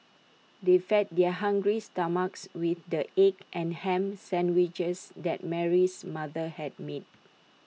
they fed their hungry stomachs with the egg and Ham Sandwiches that Mary's mother had made